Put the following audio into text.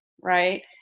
right